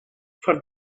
for